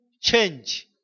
change